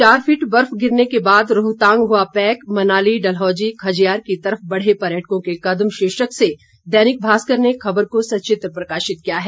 चार फीट बर्फ गिरने के बाद रोहतांग हुआ पैक मनाली डलहौजी खजियार की तरफ बढ़े पर्यटकों के कदम शीर्षक से दैनिक भास्कर ने खबर को सचित्र प्रकाशित किया है